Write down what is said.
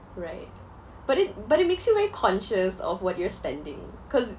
right but it but it makes you very conscious of what you're spending cause